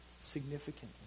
significantly